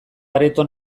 areto